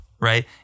right